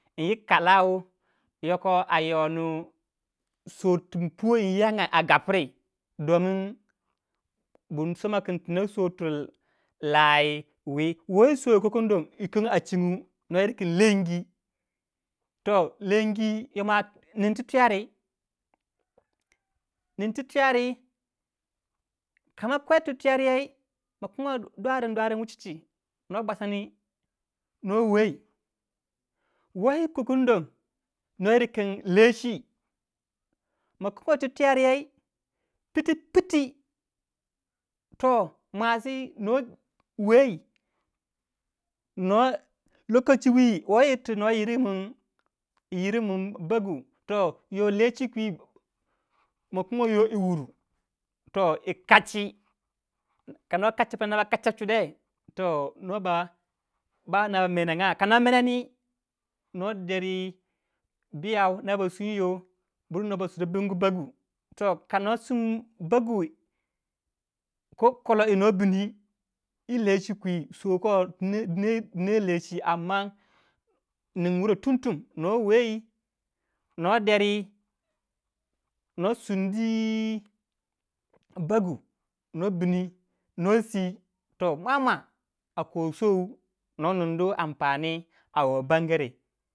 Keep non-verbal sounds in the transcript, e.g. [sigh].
Inyi kalau yokoh a nyonu souri tin puwei in yi yanga a gapri don bu insoma kin tina souw ti lah wi. wwoyi souw kikan don a chingu no yir kin lengyi, toh yoma lengyi, nin tu twiyari. kama kwei ti twiyari yei ma kinguwei duarin duarin wuchi chi. noh bwasani noh wei. woyi kikun don noh yir kin lechi, makungoi ti twiyaryei piti piti toh mwasi noh wei noh bi wei yir tu noh yir min bagu toh yo lechi kwi ma kinyuwai yo yi wuru yi kach kano kachi no ba kacha chude. toh noh ba ba noba menenga. ka no meneni noh deri biyau no ba sun yo bur noba to so bingu bagu toh ka no sundi bagu ko koloh wi no bini yi lech kwi, souw koh dine lechi [unintelligible] nin wurei tum tum. noh wei noh deri noh sundi yi bagu noh bini, noh siy. toh mua- mua a ko souw non nindi ampani yi tongare.